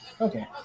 okay